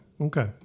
Okay